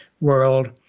world